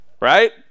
right